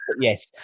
yes